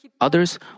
others